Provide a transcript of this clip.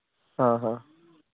ᱦᱚᱸ ᱦᱚᱸ